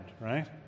right